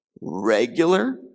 regular